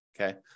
okay